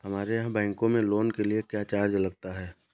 हमारे यहाँ बैंकों में लोन के लिए क्या चार्ज लगता है?